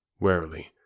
Warily